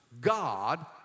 God